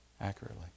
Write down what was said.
accurately